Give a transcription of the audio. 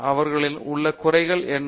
அவர்களிடம் உள்ள குறைகள் என்ன